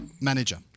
manager